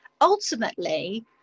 Ultimately